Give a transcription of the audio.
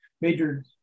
major